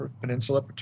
Peninsula